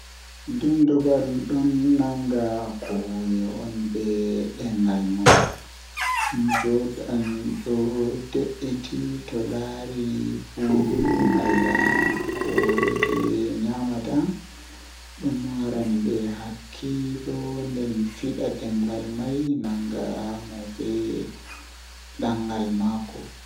To aheɓi softwaya mai aranndewol kam Naatude software ngal ngam waɗde ko aɗa waawi. Foti ngolli ko hoore, hokkude 'Install' kadi. Wakkil ngal, foti wi'ude software ngal.